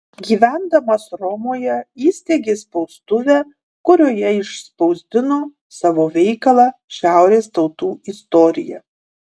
gyvendamas romoje įsteigė spaustuvę kurioje išspausdino savo veikalą šiaurės tautų istorija